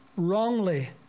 Wrongly